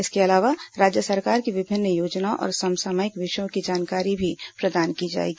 इसके अलावा राज्य सरकार की विभिन्न योजनाओं और समसामयिक विषयों की जानकारी भी प्रदान की जाएगी